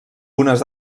unes